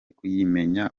kuyimenya